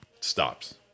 stops